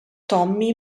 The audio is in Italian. tommy